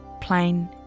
plain